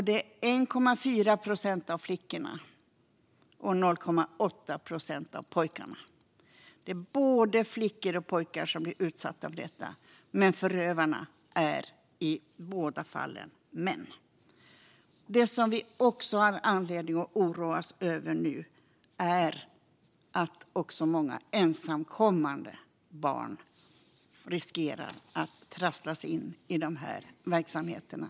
Det är 1,4 procent av flickorna och 0,8 procent av pojkarna. Det är både flickor och pojkar som blir utsatta för detta, men förövarna är i båda fallen män. Något som vi också har anledning att oroa oss över nu är att många ensamkommande barn riskerar att trasslas in i de här verksamheterna.